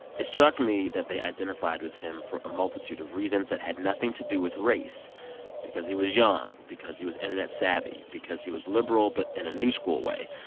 it struck me that they identified with him for a multitude of reasons that had nothing to do with race because he was young, because he was internet-savvy, because he was liberal but in a new-school way,